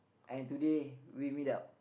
and today we meet up